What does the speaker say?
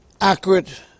accurate